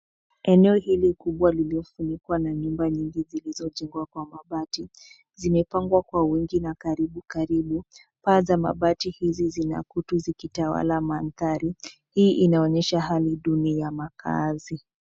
Eneo hili kubwa lilillofunikwa na nyumba nyingi kubwa zilizojengwa kwa mabati zimepangwa kwa wingi na karibu karibu , paa za mabati hizi zina kutu zikitawala mandhari , hii inaonyesha hali duni ya makaazi .